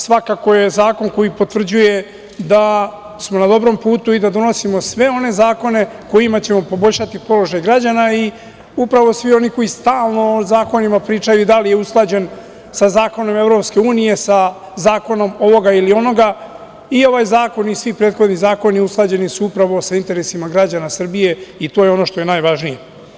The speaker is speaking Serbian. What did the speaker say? Svakako je zakon koji potvrđuje da smo na dobrom putu i da donosimo sve one zakone kojima ćemo poboljšati položaj građana i upravo svi oni koji stalno o zakonima pričaju i da li je usklađen sa zakon EU, sa zakonom ovoga ili onoga, i ovaj zakon i svi prethodni zakoni usklađeni su upravo sa interesima građana Srbije i to je ono što je najvažnije.